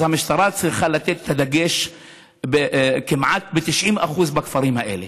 אז המשטרה צריכה לתת את הדגש כמעט ב-90% בכפרים האלה.